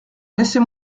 laissez